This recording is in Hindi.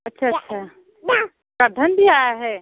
अच्छा अच्छा करधन भी आया है